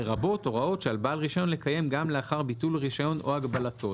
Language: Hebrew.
לרבות הוראות שעל בעל רישיון לקיים גם לאחר ביטול הרישיון או הגבלתו'.